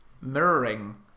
mirroring